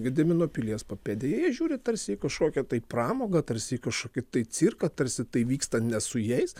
gedimino pilies papėdėje jie žiūri tarsi į kažkokią tai pramogą tarsi į kažkokį cirką tarsi tai vyksta ne su jais